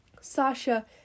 Sasha